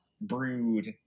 brood